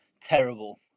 terrible